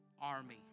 army